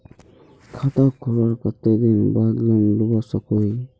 खाता खोलवार कते दिन बाद लोन लुबा सकोहो ही?